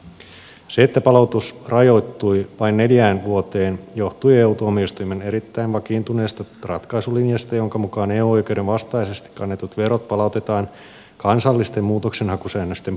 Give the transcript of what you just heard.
se että palautus rajoittui vain neljään vuoteen johtui eu tuomioistuimen erittäin vakiintuneesta ratkaisulinjasta jonka mukaan eu oikeuden vastaisesti kannetut verot palautetaan kansallisten muutoksenhakusäännösten puitteissa